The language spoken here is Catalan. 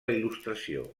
il·lustració